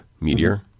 meteor